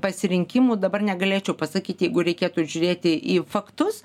pasirinkimų dabar negalėčiau pasakyti jeigu reikėtų žiūrėti į faktus